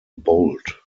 bolt